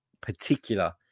particular